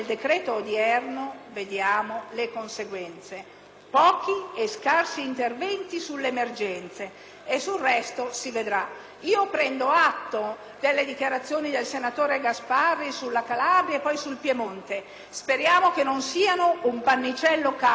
Prendo atto delle dichiarazioni del senatore Gasparri sulla Calabria e poi sul Piemonte; speriamo che non siano un pannicello caldo per superare la mattina e arrivare velocemente alla conversione del decreto-legge senza creare problemi al Governo, perché è chiaro